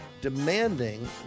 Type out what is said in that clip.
demanding